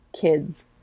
kids